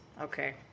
Okay